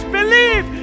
believe